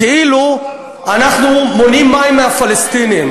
כאילו אנחנו מונעים מים מהפלסטינים.